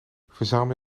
verzamel